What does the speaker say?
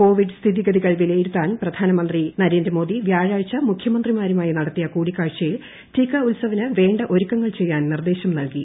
Covid സ്ഥിതിഗതികൾ വിലയിരുത്താൻ പ്രധാനമന്ത്രി നരേന്ദ്രമോദി വ്യാഴാഴ്ച മുഖ്യമന്ത്രിമാരുമായി നടത്തിയ കൂടിക്കാഴ്ചയിൽ ടീക്കാ ഉത്സവിന് വേണ്ട ഒരുക്കങ്ങൾ ചെയ്യാൻ നിർദ്ദേശം നൽകി